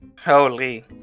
Holy